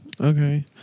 Okay